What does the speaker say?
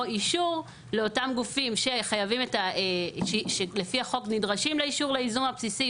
אישור לאותם גופים שלפי החוק נדרשים לאישור לייזום הבסיסי,